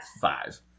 Five